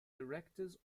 directors